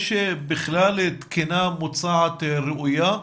יש בכלל תקינה מוצעת ראויה,